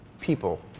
People